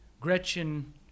Gretchen